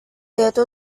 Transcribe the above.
itu